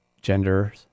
Gender